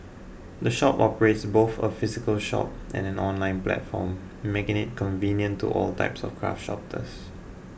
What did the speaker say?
the shop operates both a physical shop and an online platform making it convenient to all types of craft